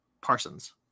Parsons